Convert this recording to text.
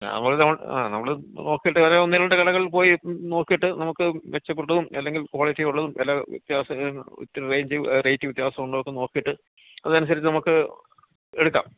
ആ all in all ആ നമ്മൾ നോക്കീട്ട് വേറെ ഒന്ന് രണ്ട് കടകള് പോയി നോക്കീട്ട് നമുക്ക് മെച്ചപ്പെട്ടതും അല്ലെങ്കില് ക്വാളിറ്റിയുള്ളതും വില വ്യത്യാസവും ഒത്തിരി റേഞ്ച് റേറ്റ് വ്യത്യാസം ഉണ്ടോന്ന് നോക്കിയിട്ട് അതനുസരിച്ച് നമുക്ക് എടുക്കാം